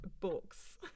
books